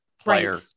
player